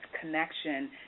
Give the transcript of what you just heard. connection